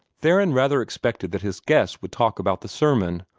theron rather expected that his guests would talk about the sermon,